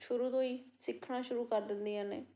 ਸ਼ੁਰੂ ਤੋਂ ਹੀ ਸਿੱਖਣਾ ਸ਼ੁਰੂ ਕਰ ਦਿੰਦੀਆਂ ਨੇ